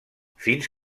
fins